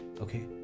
Okay